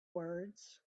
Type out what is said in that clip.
words